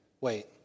Wait